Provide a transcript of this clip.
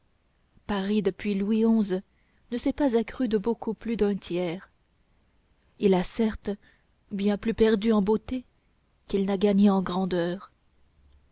paris depuis louis xi ne s'est pas accru de beaucoup plus d'un tiers il a certes bien plus perdu en beauté qu'il n'a gagné en grandeur